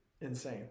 insane